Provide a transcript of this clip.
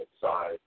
side